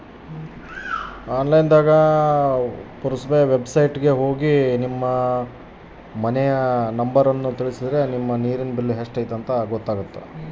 ನನ್ನ ನೇರಿನ ಬಿಲ್ಲನ್ನು ಹೆಂಗ ನೋಡದು?